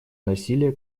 насилия